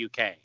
UK